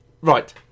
Right